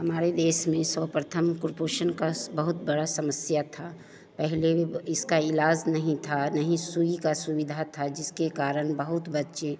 हमारे देश में सर्वप्रथम कुपोषण की बहुत बड़ी समस्या थी पहले भी इसका इलाज़ नहीं था न ही सुई की सुविधा थी जिसके कारण बहुत बच्चे